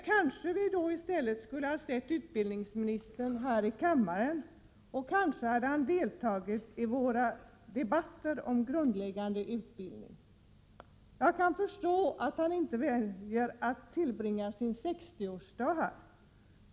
Kanske hade vi då i stället kunnat se utbildningsministern här i kammaren, och kanske hade han då deltagit i våra debatter om grundläggande utbildning. Jag kan förstå att han inte väljer att tillbringa sin 60-årsdag här.